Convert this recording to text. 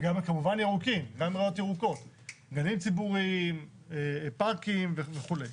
וגם כמובן ירוקים, גנים ציבוריים, פארקים וכו'.